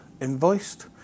invoiced